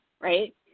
right